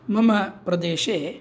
मम प्रदेशे